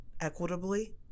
equitably